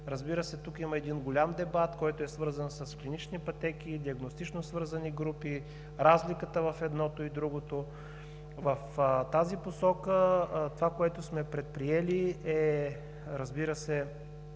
пътеки. Тук има един голям дебат, който е свързан с клинични пътеки, диагностично свързани групи, разликата в едното и другото. В тази посока това, което сме предприели, е